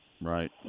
Right